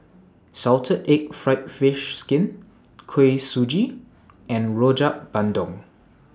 Salted Egg Fried Fish Skin Kuih Suji and Rojak Bandung